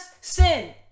sin